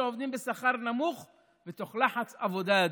שעובדים בשכר נמוך ותוך לחץ עבודה אדיר,